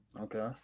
Okay